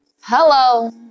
hello